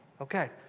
Okay